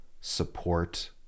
support